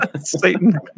Satan